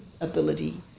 ability